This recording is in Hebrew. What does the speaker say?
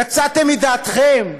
יצאתם מדעתכם?